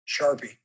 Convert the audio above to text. Sharpie